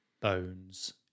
bones